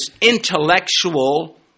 intellectual